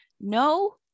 No